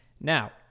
now